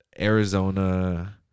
Arizona